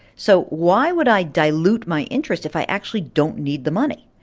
so why would i dilute my interest if i actually don't need the money?